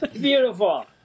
beautiful